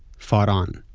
fought on.